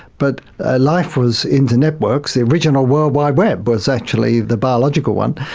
but ah life was into networks, the original world wide web was actually the biological one,